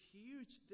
huge